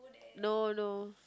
no no